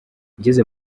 ngeze